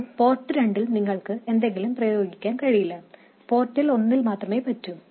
എന്നാൽ പോർട്ട് രണ്ടിൽ നിങ്ങൾക്ക് എന്തെങ്കിലും പ്രയോഗിക്കാൻ കഴിയില്ല പോർട്ട് ഒന്നിൽ മാത്രമേ പറ്റൂ